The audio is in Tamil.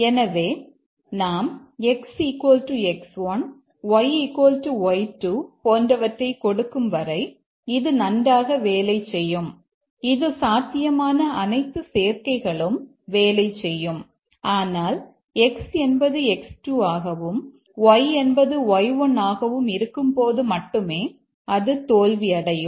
எனவே நாம் x x1 y y2 போன்றவற்றைக் கொடுக்கும் வரை இது நன்றாக வேலை செய்யும் இது சாத்தியமான அனைத்து சேர்க்கைகளும் வேலை செய்யும் ஆனால் x என்பது x2 ஆகவும் y என்பது y1 ஆகவும் இருக்கும்போது மட்டுமே அது தோல்வியடையும்